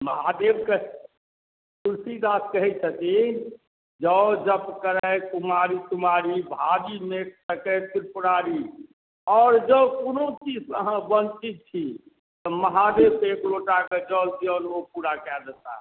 महादेबके तुलसीदास कहै छथिन जॅं जप करै कुमारी कुमारी भाग्य मे छिकै त्रिपुरारी आओर जाउ कोनो चीज सँ अहाँ बञ्चित छी तऽ महादेब के एक लोटा कऽ जल दियौन ओ पूरा कऽ दताह